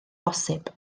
bosibl